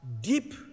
deep